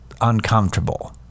uncomfortable